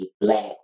black